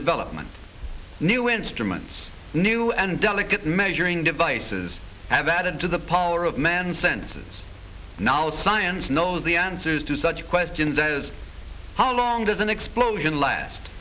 development new instruments new and delicate measuring devices have added to the power of man senses now science knows the answers to such questions as how long does an explosion last